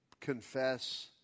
confess